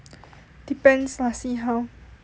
depends lah see how